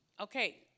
okay